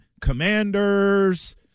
Commanders